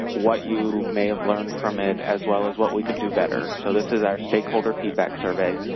what you may have learned from it, as well as what we can do better. so this is our stakeholder feedback survey.